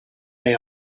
they